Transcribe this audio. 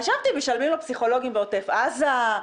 חשבתי שמשלמים לפסיכולוגים בעוטף עזה,